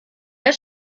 der